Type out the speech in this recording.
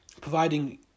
providing